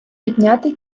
підняти